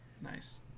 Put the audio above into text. Nice